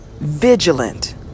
vigilant